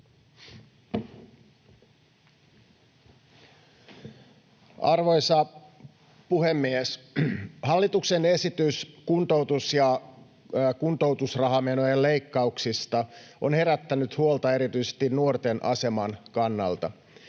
Arvoisa puhemies! Hallituksen esitys kuntoutus- ja kuntoutusrahamenojen leikkauksista on herättänyt huolta erityisesti nuorten aseman kannalta.